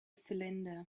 cylinder